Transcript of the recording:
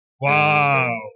Wow